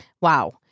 Wow